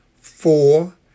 Four